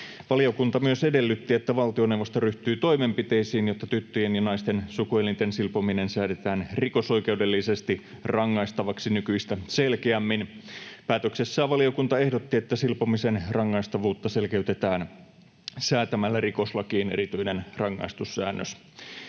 Valiokunta myös edellytti, että valtioneuvosto ryhtyy toimenpiteisiin, jotta tyttöjen ja naisten sukuelinten silpominen säädetään rikosoikeudellisesti rangaistavaksi nykyistä selkeämmin. Päätöksessään valiokunta ehdotti, että silpomisen rangaistavuutta selkeytetään säätämällä rikoslakiin erityinen rangaistussäännös.